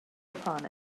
upon